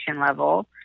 level